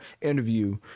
interview